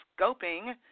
scoping